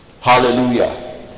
Hallelujah